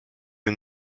you